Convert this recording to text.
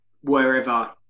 wherever